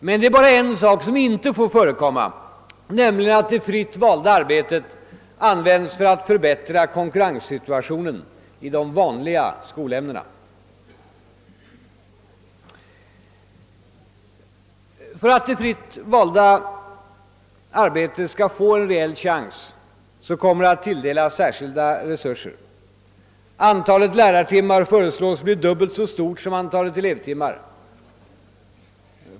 Men det är bara en sak som inte får förekomma, nämligen att det fritt valda arbetet användes för att förbättra konkurrenssituationen i de vanliga skolämnena. För att det fritt valda arbetet skall få en reell chans kommer det att tilldelas Särskilda resurser. Antalet lärartimmar föreslås bli dubbelt så stort som antalet elevtimmar.